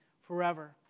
forever